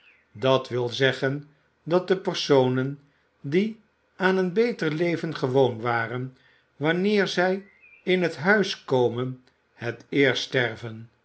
dat wil zeggen dat de personen die aan een beter leven gewoon waren wanneer zij in het huis komen het eerst sterven